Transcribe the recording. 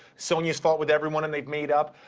sonja's fought with everyone, and they've made up.